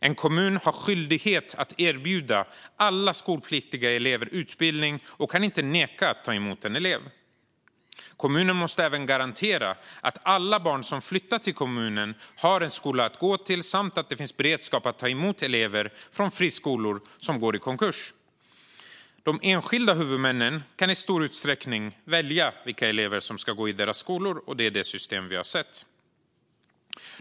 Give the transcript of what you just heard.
En kommun har skyldighet att erbjuda alla skolpliktiga elever utbildning och kan inte neka att ta emot en elev. Kommunen måste även garantera att alla barn som flyttar till kommunen har en skola att gå till samt att det finns beredskap att ta emot elever från friskolor som går i konkurs. De enskilda huvudmännen kan i stor utsträckning välja vilka elever som ska få gå i deras skolor. Och det är det system som vi har sett.